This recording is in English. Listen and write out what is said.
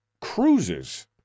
cruises